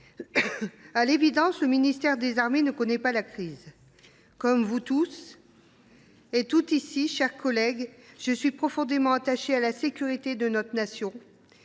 À l’évidence, le ministère des armées ne connaît pas la crise. Comme vous toutes et tous ici, chers collègues, je suis profondément attachée à la sécurité de notre nation